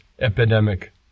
epidemic